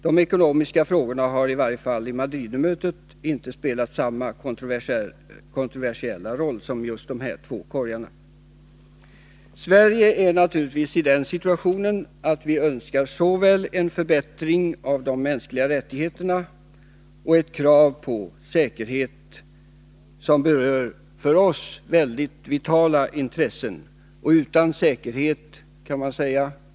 De ekonomiska frågorna har i varje fall vid Madridmötet inte spelat samma kontroversiella roll som de andra två korgarna. Sverige är naturligtvis i den situationen att vi önskar såväl en förbättring av de mänskliga rättigheterna som ett krav på säkerhet. Båda frågorna berör för oss mycket vitala intressen.